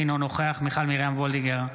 אינו נוכח מיכל מרים וולדיגר,